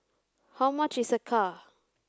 how much is Acar